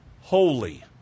holy